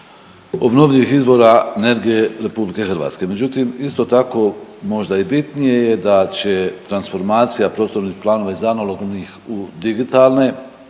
obnovljivih izvora energije RH. Međutim, isto tako možda i bitnije je da će transformacija prostornih planova iz analognih u digitalne,